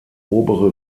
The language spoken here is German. obere